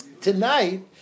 Tonight